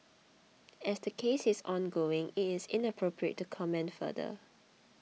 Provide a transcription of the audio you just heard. as the case is ongoing it is inappropriate to comment further